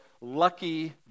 Lucky